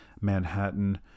Manhattan